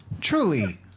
Truly